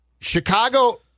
chicago